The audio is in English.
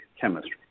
chemistry